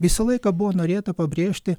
visą laiką buvo norėta pabrėžti